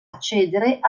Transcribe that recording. accedere